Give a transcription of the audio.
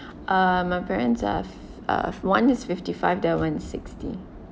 uh my parents are uh one is fifty five the other one sixty